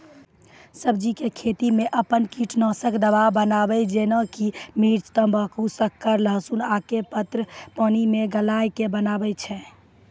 सब्जी के खेती मे अपन से कीटनासक दवा बनाबे जेना कि मिर्च तम्बाकू शक्कर लहसुन आक के पत्र के पानी मे गलाय के बनाबै छै?